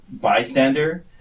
bystander